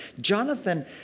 Jonathan